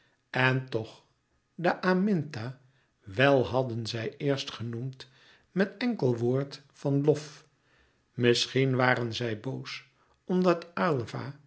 en toch de aminta wél hadden zij eerst genoemd met enkel woord van lof misschien waren zij boos omdat